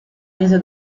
resa